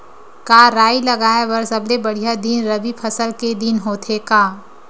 का राई लगाय बर सबले बढ़िया दिन रबी फसल के दिन होथे का?